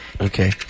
Okay